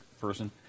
person